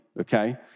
okay